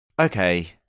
Okay